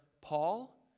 Paul